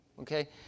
Okay